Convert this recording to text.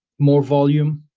more volume,